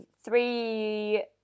three